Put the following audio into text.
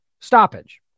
stoppage